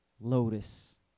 Lotus